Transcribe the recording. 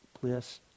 bliss